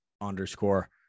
underscore